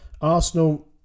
Arsenal